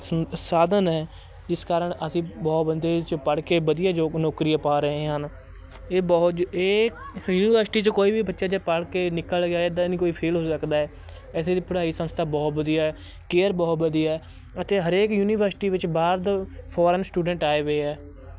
ਸ ਸਾਧਨ ਹੈ ਜਿਸ ਕਾਰਨ ਅਸੀਂ ਬਹੁਤ ਬੰਦੇ ਪੜ੍ਹ ਕੇ ਵਧੀਆ ਜੋ ਨੌਕਰੀਆਂ ਪਾ ਰਹੇ ਹਨ ਇਹ ਬਹੁਤ ਇਹ ਯੂਨੀਵਰਸਿਟੀ 'ਚ ਕੋਈ ਵੀ ਬੱਚਾ ਜਾ ਪੜ੍ਹ ਕੇ ਨਿਕਲ ਗਿਆ ਇੱਦਾਂ ਨਹੀਂ ਕੋਈ ਫੇਲ ਹੋ ਸਕਦਾ ਹੈ ਇੱਥੇ ਦੀ ਪੜ੍ਹਾਈ ਸੰਸਥਾ ਬਹੁਤ ਵਧੀਆ ਕੇਅਰ ਬਹੁਤ ਵਧੀਆ ਅਤੇ ਹਰੇਕ ਯੂਨੀਵਰਸਿਟੀ ਵਿੱਚ ਬਾਹਰ ਦਾ ਫੋਰਨ ਸਟੂਡੈਂਟ ਆਏ ਵੇ ਹੈ